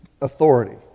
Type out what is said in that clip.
authority